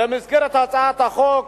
במסגרת הצעת חוק